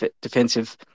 defensive